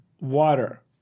water